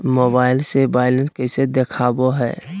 Mobile से balance कैसे देखाबो है?